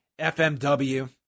FMW